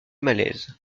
malaise